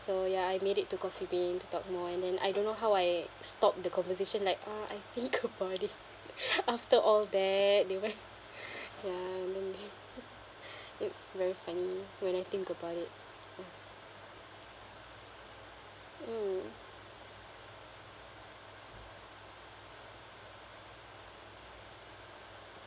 so ya I made it to coffee bean to talk more and then I don't know how I stop the conversation like uh I think about it after all that they went ya and then like it's very funny when I think about it mm